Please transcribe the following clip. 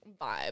vibe